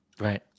Right